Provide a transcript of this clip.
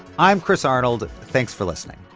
i'm chris arnold. thanks for listening